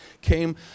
came